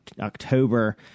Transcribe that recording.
October –